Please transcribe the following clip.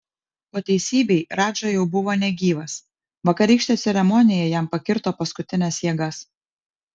po teisybei radža jau buvo negyvas vakarykštė ceremonija jam pakirto paskutines jėgas